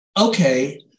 Okay